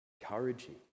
encouraging